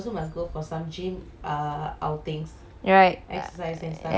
right every morning let's go gym